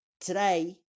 Today